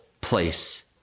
place